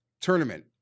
tournament